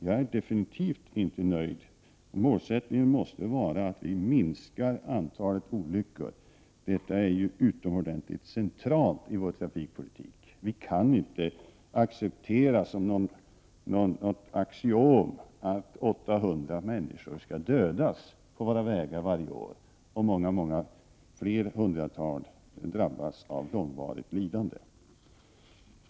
Jag är absolut inte nöjd. Målet måste vara att vi skall minska antalet olyckor, detta är en utomordentligt central fråga i vår trafikpolitik. Vi kan inte acceptera som något slags axiom att 800 människor skall dödas på våra vägar varje år och att många hundra fler drabbas av långvarigt lidande.